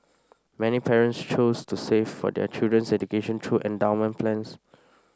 many parents choose to save for their children's education through endowment plans